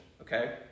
okay